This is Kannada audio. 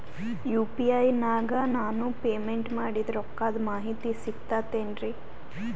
ಯು.ಪಿ.ಐ ನಾಗ ನಾನು ಪೇಮೆಂಟ್ ಮಾಡಿದ ರೊಕ್ಕದ ಮಾಹಿತಿ ಸಿಕ್ತಾತೇನ್ರೀ?